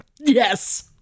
yes